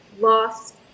lost